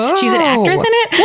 she's an actress in it.